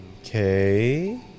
Okay